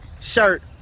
shirt